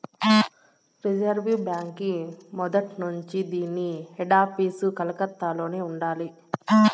reserve బాంకీ మొదట్నుంచీ దీన్ని హెడాపీసు కలకత్తలోనే ఉండాది